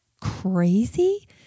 crazy